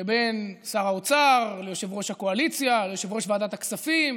שבין שר האוצר ויושב-ראש הקואליציה ויושב-ראש ועדת הכספים.